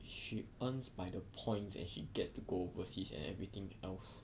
she earns by the points and she get to go overseas and everything else